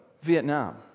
Vietnam